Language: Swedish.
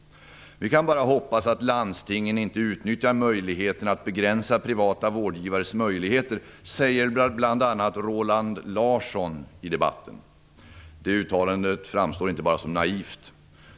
Vi kan bara hoppas att landstingen inte utnyttjar möjligheten att begränsa privata vårdgivares möjligheter, säger bl.a. Roland Larsson i debatten. Det uttalandet framstår inte bara som naivt.